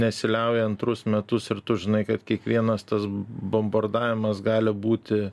nesiliauja antrus metus ir tu žinai kad kiekvienas tas bombardavimas gali būti